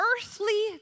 earthly